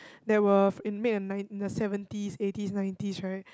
that were f~ in made nine~ in the seventies eighties nineties right